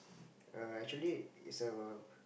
err actually is a